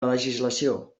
legislació